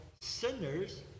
sinners